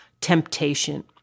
temptation